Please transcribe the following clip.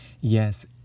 Yes